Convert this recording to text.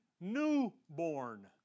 Newborn